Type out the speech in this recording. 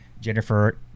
jennifer